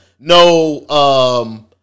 No